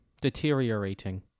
Deteriorating